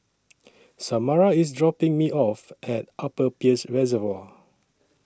Samara IS dropping Me off At Upper Peirce Reservoir